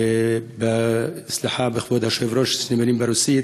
סליחה, כבוד היושב-ראש,